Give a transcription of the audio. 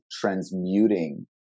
transmuting